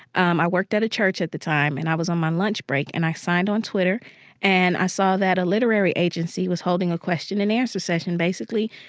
um i worked at a church at the time. and i was on my lunch break, and i signed on twitter and i saw that a literary agency holding a question-and-answer session. basically,